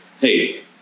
hey